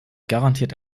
garantiert